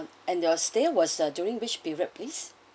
and your stay was uh during which period please